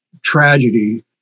tragedy